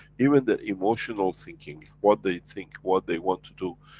even the emotional thinking. what they think, what they want to do.